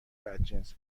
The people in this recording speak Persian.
بدجنس